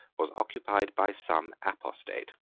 was occupied by some apostate.